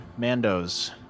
Mandos